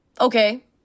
okay